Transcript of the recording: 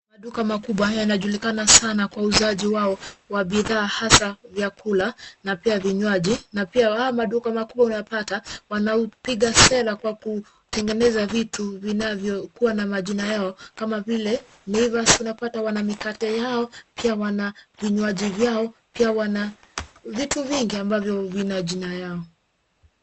Duka kubwa inayuojulikana sana kwa mauzo yao ya bidhaa mbalimbali, ikiwemo vyakula na vinywaji, baadhi ya maduka makubwa hupata wateja kwa kutengeneza bidhaa zinazokuwa na majina yao. Kwa mfano, unaweza kupata mikate yao, vinywaji vyao, na bidhaa nyingi zenye majina.